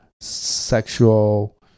sexual